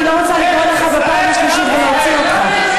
אני לא רוצה לקרוא אותך פעם שלישית ולהוציא אותך.